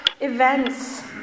events